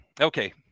okay